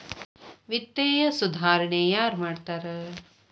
ವಿತ್ತೇಯ ಸುಧಾರಣೆ ಯಾರ್ ಮಾಡ್ತಾರಾ